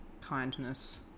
kindness